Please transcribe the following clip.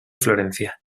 florencia